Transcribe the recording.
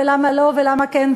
ולמה לא ולמה כן,